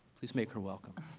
please make her welcome.